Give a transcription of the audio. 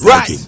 Right